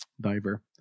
diver